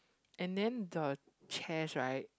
and then the chairs right